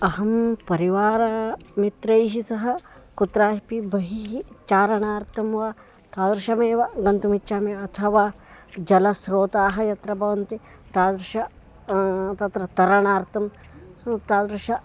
अहं परिवार मित्रैः सह कुत्रापि बहिः चारणार्थं वा तादृशमेव गन्तुम् इच्छामि अथवा जलस्रोताः यत्र भवन्ति तादृशं तत्र तरणार्थं तादृशम्